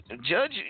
Judge